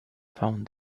found